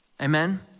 amen